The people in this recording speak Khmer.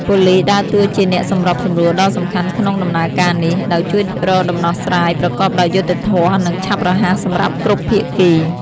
ប៉ូលិសដើរតួជាអ្នកសម្របសម្រួលដ៏សំខាន់ក្នុងដំណើរការនេះ ដោយជួយរកដំណោះស្រាយប្រកបដោយយុត្តិធម៌ និងឆាប់រហ័សសម្រាប់គ្រប់ភាគី។